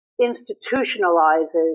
institutionalizes